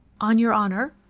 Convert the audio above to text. on your honour?